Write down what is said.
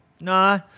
Nah